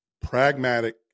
pragmatic